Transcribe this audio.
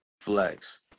flex